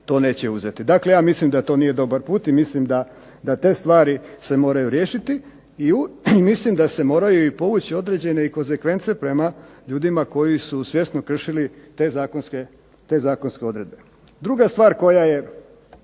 to neće uzeti. Dakle, ja mislim da to nije dobar put, i mislim da te stvari se moraju riješiti i mislim da se moraju i povući određene i konsekvence prema ljudima koji su svjesno kršili te zakonske odredbe. Druga stvar koja je